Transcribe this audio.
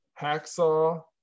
Hacksaw